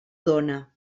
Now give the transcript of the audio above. dóna